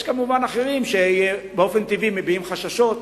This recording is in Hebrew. יש כמובן אחרים, שבאופן טבעי מביעים חששות.